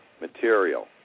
material